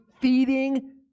feeding